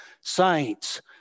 saints